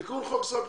תיקון חוק סל קליטה,